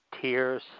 tears